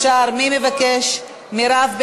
הצעת חוק שכר מינימום (העלאת סכומי שכר מינימום,